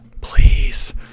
please